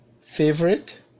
favorite